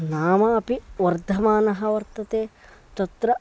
नाम अपि वर्धमानः वर्तते तत्र